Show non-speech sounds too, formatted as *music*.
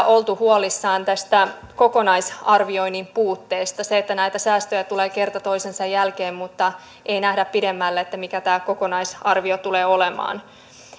*unintelligible* oltu huolissaan tästä kokonaisarvioinnin puutteesta siitä että näitä säästöjä tulee kerta toisensa jälkeen mutta ei nähdä pidemmälle että mikä tämä kokonaisarvio tulee olemaan